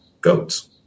goats